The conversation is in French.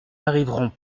arriverons